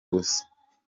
busa